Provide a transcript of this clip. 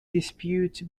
dispute